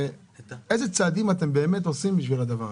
איזה צעדים אתם באמת עושים בדבר הזה?